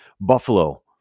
Buffalo